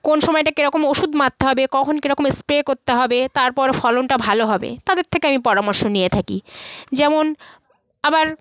কোন সময়টা কেরকম ওষুধ মারতে হবে কখন কেরকম এস্প্রে করতে হবে তারপর ফলনটা ভালো হবে তাদের থেকে আমি পরামর্শ নিয়ে থাকি যেমন আবার